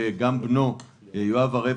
בנו הוא יואב הר-אבן,